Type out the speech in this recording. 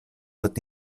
wird